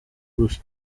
gusa